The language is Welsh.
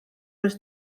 oes